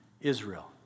Israel